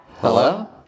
Hello